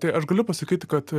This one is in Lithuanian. tai aš galiu pasakyti kad